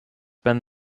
been